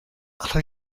allech